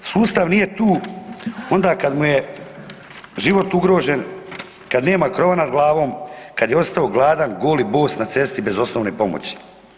Sustav nije tu onda kad mu je život ugrožen, kad nema krova nad glavom, kad je ostao gladan, gol i bos na cesti bez osnovne pomoći.